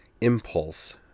impulse